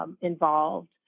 Involved